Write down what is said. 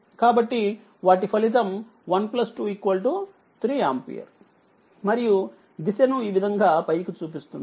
కాబట్టి వాటి ఫలితం 12 3 ఆంపియర్ మరియు దిశను ఈవిధంగా పైకిచూపిస్తుంది